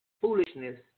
foolishness